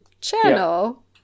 channel